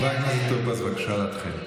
חבר הכנסת טור פז, בבקשה, להתחיל.